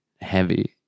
heavy